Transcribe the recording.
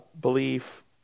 belief